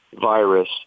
virus